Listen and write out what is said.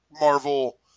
Marvel